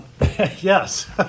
Yes